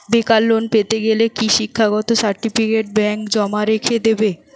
বেকার লোন পেতে গেলে কি শিক্ষাগত সার্টিফিকেট ব্যাঙ্ক জমা রেখে দেবে?